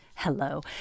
Hello